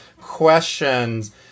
questions